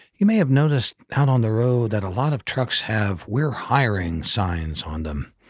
you may have noticed out on the road, that a lot of trucks have we're hiring signs on them.